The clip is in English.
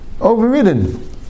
overridden